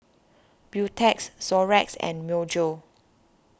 Beautex Xorex and Myojo